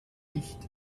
nicht